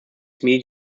meet